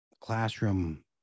classroom